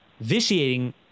vitiating